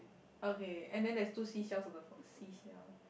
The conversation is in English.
okay and then there is two sea shells on the floor sea shells